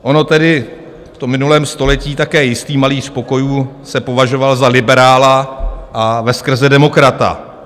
On tedy v minulém století také jistý malíř pokojů se považoval za liberála a veskrze demokrata.